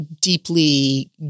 deeply